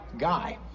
guy